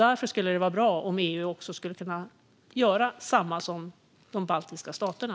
Därför skulle det vara bra om även EU skulle kunna göra lika som de baltiska staterna.